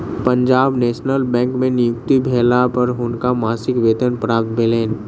Punjab National Bank में नियुक्ति भेला पर हुनका मासिक वेतन प्राप्त भेलैन